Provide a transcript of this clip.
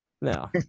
No